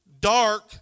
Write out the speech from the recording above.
dark